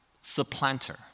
supplanter